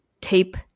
tape